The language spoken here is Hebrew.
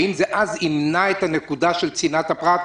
האם זה ימנע את הבעיה של שמירת צנעת הפרט?